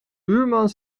buurman